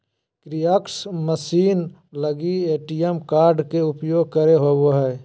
kiosk machine लगी ATM card के उपयोग करे होबो हइ